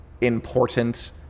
important